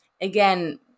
again